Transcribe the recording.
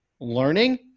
learning